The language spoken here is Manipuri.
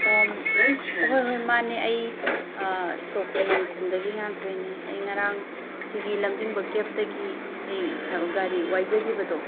ꯑꯣ ꯍꯣꯏ ꯍꯣꯏ ꯃꯥꯅꯦ ꯑꯩ ꯇꯣꯞ ꯈꯣꯡꯅꯥꯡꯈꯣꯡꯗꯒꯤ ꯉꯥꯟꯊꯣꯏꯅꯦ ꯑꯩ ꯉꯔꯥꯡ ꯁꯤꯒꯤ ꯂꯝꯖꯤꯡꯕ ꯀꯦꯞꯇꯒꯤ ꯑꯩ ꯒꯥꯔꯤ ꯋꯥꯏꯖꯈꯤꯕꯗꯣ